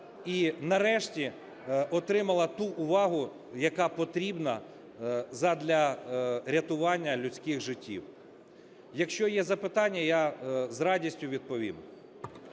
і нарешті отримала ту увагу, яка потрібна задля рятування людських життів. Якщо є запитання, я з радістю відповім.